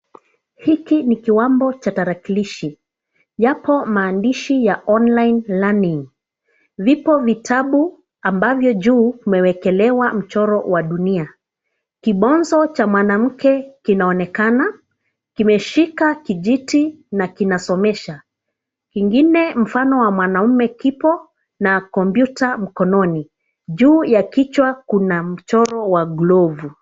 Hiki ni kiwambo cha tarakilishi. Yapo maandishi ya online learning . Vipo vitabu ambavyo juu umewekelewa mchoro wa dunia. Kibonzo cha manamke kinaonekana kimeshika kijiti na kinasomesha, kingine mfano wa manaume kipo na kompyuta mkononi. Juu ya kichwa kuna mchoro wa globu.